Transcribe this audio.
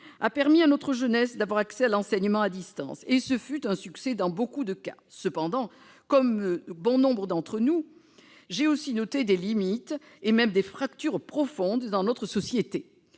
a permis à notre jeunesse d'avoir accès à l'enseignement à distance, et ce fut un succès dans beaucoup de cas. Cependant, comme nombre d'entre nous, j'ai aussi noté des limites, et même des fractures profondes dans notre société.